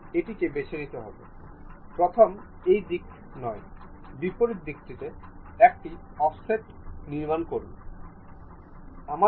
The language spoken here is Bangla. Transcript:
এটি ভাল এবং ভাল কাজ করছে